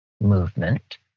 movement